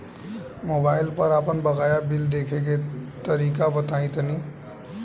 Mobile पर आपन बाकाया बिल देखे के तरीका बताईं तनि?